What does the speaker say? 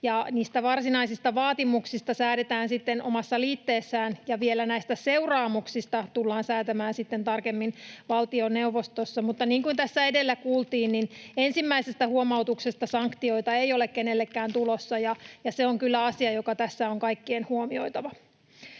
niistä varsinaisista vaatimuksista säädetään sitten omassa liitteessään, ja vielä näistä seuraamuksista tullaan säätämään sitten tarkemmin valtioneuvostossa. Mutta niin kuin tässä edellä kuultiin, ensimmäisestä huomautuksesta sanktioita ei ole kenellekään tulossa, ja se on kyllä asia, joka tässä on kaikkien huomioitava.